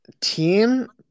team